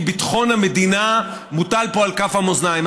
כי ביטחון המדינה מוטל פה על כף המאזניים.